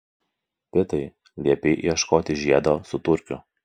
pitai liepei ieškoti žiedo su turkiu